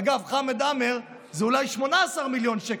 אגב, חמד עמאר זה אולי 18 שקל.